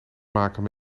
maken